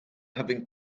having